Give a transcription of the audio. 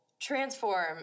transform